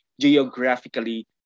geographically